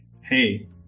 hey